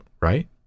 right